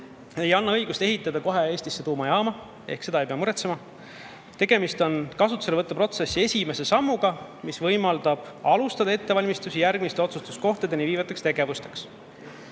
ei anna õigust kohe ehitada Eestisse tuumajaam, selle pärast ei pea muretsema. Tegemist on kasutuselevõtu protsessi esimese sammuga, mis võimaldab alustada ettevalmistusi järgmiste otsustuskohtadeni viivateks tegevusteks.